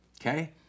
Okay